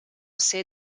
ser